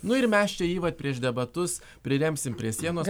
nu ir mes čia jį vat prieš debatus priremsim prie sienos